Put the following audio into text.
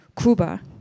Cuba